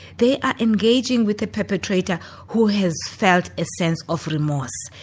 they are engaging with the perpetrator who has felt a sense of remorse.